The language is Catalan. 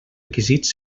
requisits